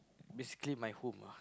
basically my home ah